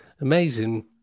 Amazing